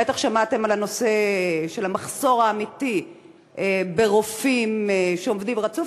בטח שמעתם על הנושא של המחסור האמיתי ברופאים שעובדים רצוף,